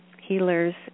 healers